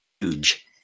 huge